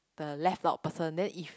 the left out person then if